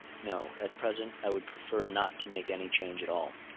no at present i would prefer not to make any change at all.